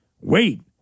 Wait